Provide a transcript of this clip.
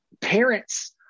parents